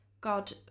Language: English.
God